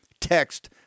Text